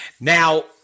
Now